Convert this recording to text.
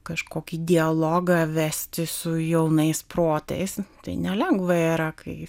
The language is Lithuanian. kažkokį dialogą vesti su jaunais protais tai nelengva yra kai